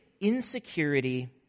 insecurity